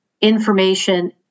information